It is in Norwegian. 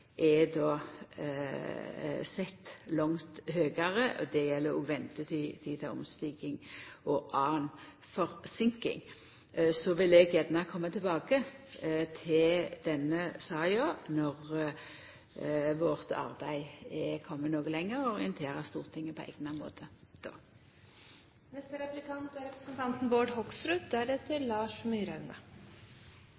reiser då er sett langt høgare, og det gjeld òg ventetid, tid til omstiging og anna forseinking. Når vårt arbeid er kome noko lenger, vil eg gjerne koma tilbake til denne saka og orientera Stortinget på eigna måte.